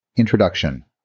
Introduction